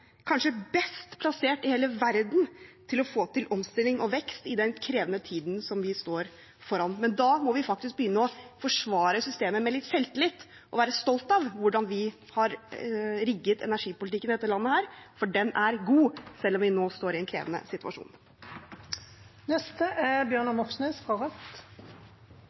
kanskje er best plassert i hele verden til å få til omstilling og vekst i den krevende tiden vi står foran. Men da må vi begynne å forsvare systemet med litt selvtillit og være stolt av hvordan vi har rigget energipolitikken i dette landet, for den er god, selv om vi nå står i en krevende situasjon. Statsråd Mjøs Persen sa at prissignalene i markedet er